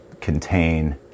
contain